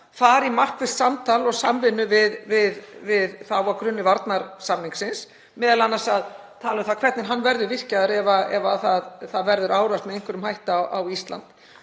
fara í markvisst samtal og samvinnu við þau á grunni varnarsamningsins, m.a. að tala um það hvernig hann verður virkjaður ef það verður árás með einhverjum hætti á Ísland.